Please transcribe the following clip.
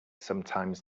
sometimes